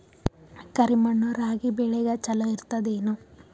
ಕರಿ ಮಣ್ಣು ರಾಗಿ ಬೇಳಿಗ ಚಲೋ ಇರ್ತದ ಏನು?